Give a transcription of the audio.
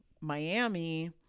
Miami